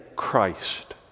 Christ